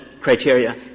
criteria